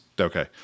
Okay